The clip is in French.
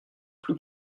plus